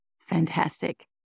Fantastic